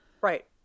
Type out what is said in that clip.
Right